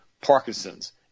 Parkinson's